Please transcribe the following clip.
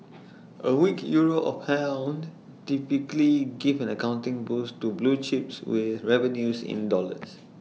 A weak euro or pound typically give an accounting boost to blue chips with revenues in dollars